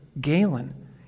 Galen